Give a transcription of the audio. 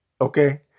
Okay